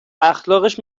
اخلاقش